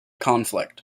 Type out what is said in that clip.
conflict